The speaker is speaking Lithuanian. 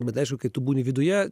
bet aišku kai tu būni viduje